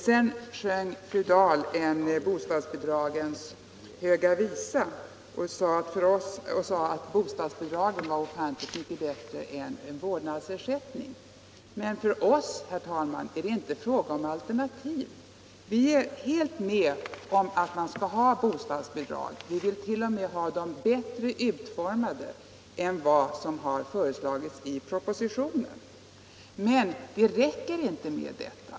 Sedan sjöng fru Dahl en bostadsbidragens höga visa och sade att bostadsbidragen var ofantligt mycket bättre än vårdnadsersättning. Men för oss, herr talman, är det inte fråga om alternativ. Vi är helt med på att man skall ha bostadsbidrag. Vi vill t.o.m. att de skall utformas bättre än vad som föreslagits i propositionen. 9” Men det räcker inte med detta.